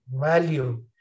value